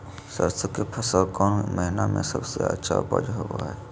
सरसों के फसल कौन महीना में सबसे अच्छा उपज होबो हय?